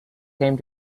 came